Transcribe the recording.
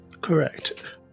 Correct